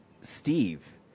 Steve